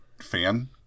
fan